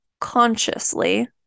consciously